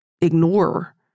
ignore